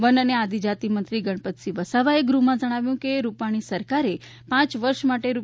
one અને આદિજાતિ મંત્રી ગણપતસિંહ વસાવાએ ગૃહ માં જણાવ્યુ હતું કે રૂપાણી સરકારે પાંચ વર્ષ માટે રૂ